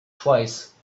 twice